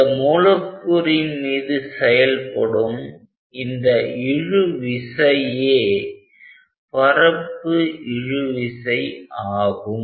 இந்த மூலக்கூறு மீது செயல்படும் இந்த இழு விசையே பரப்பு இழுவிசை ஆகும்